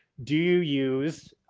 do you use